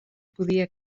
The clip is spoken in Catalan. podia